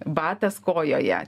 batas kojoje